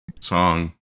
song